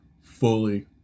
Fully